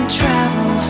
travel